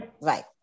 right